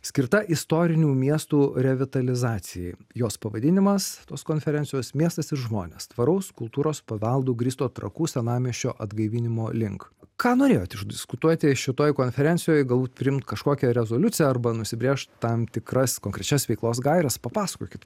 skirta istorinių miestų revitalizacija jei jos pavadinimas tos konferencijos miestas ir žmonės tvaraus kultūros paveldu grįsto trakų senamiesčio atgaivinimo link ką norėjot išdiskutuoti šitoj konferencijoj galbūt priimt kažkokią rezoliuciją arba nusibrėžt tam tikras konkrečias veiklos gaires papasakokit